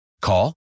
Call